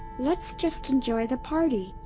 let's just enjoy the party!